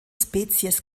spezies